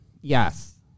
Yes